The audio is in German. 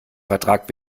vertrag